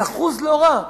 אז אחוז לא רע,